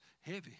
heavy